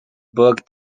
book